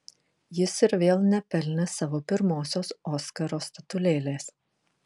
jis ir vėl nepelnė savo pirmosios oskaro statulėlės